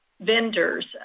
vendors